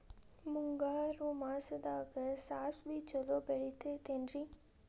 ಮುಂಗಾರು ಮಾಸದಾಗ ಸಾಸ್ವಿ ಛಲೋ ಬೆಳಿತೈತೇನ್ರಿ?